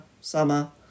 summer